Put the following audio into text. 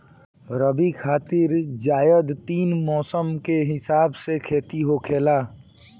रबी, खरीफ, जायद इ तीन मौसम के हिसाब से खेती होखेला